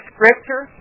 Scripture